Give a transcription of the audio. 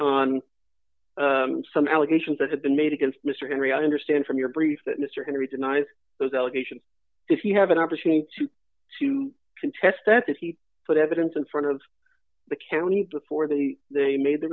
on some allegations that have been made against mr henry i understand from your brief that mr henry denies those allegations if you have an opportunity to to contest that he put evidence in front of the county before the they made the